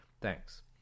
Thanks